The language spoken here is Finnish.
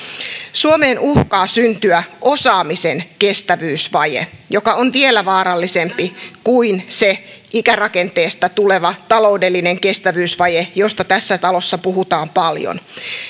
suomeen uhkaa syntyä osaamisen kestävyysvaje joka on vielä vaarallisempi kuin se ikärakenteesta tuleva taloudellinen kestävyysvaje josta tässä talossa puhutaan paljon